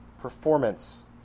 performance